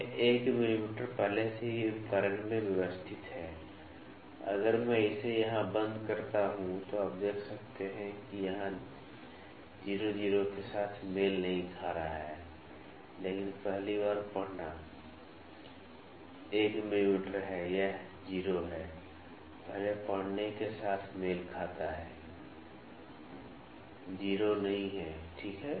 यह 1 मिमी पहले से ही उपकरण में व्यवस्थित है अगर मैं इसे यहां बंद करता हूं तो आप देख सकते हैं कि यहां 0 0 के साथ मेल नहीं खा रहा है लेकिन पहली बार पढ़ना 1 मिमी है यह 0 है पहले पढ़ने के साथ मेल खाता है 0 नहीं ठीक है